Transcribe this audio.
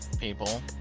people